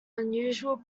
unusual